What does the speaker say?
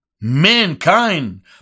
mankind